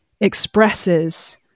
expresses